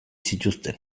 zituzten